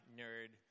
nerd